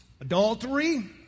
adultery